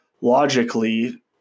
logically